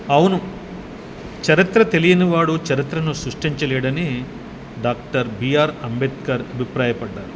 అవును చరిత్ర తెలియనివాడు చరిత్రను సృష్టించలేడని డాక్టర్ బి ఆర్ అంబేద్కర్ అభిప్రాయపడ్డారు